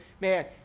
man